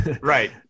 Right